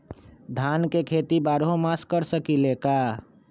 धान के खेती बारहों मास कर सकीले का?